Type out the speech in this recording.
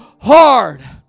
hard